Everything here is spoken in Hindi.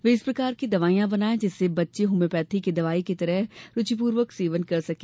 वे इस प्रकार की दवाइयां बनाएं जिसे बच्चे होम्योपैथी की दवाई की तरह रूचिपूर्वक सेवन कर सके